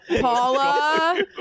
Paula